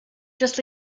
just